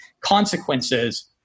consequences